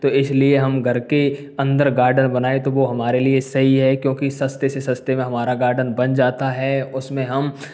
तो इसलिए हम घर के अंदर गार्डन बनाए तो वो हमारे लिए सही है क्योंकि सस्ते से सस्ते में हमारा गार्डन बन जाता है उसमें हम